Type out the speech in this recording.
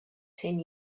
ten